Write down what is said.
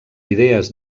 idees